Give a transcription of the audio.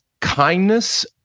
kindness